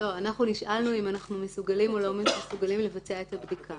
אנחנו נשאלנו אם אנחנו מסוגלים או לא מסוגלים לבצע את הבדיקה.